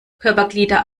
körperglieder